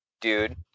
dude